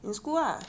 in school lah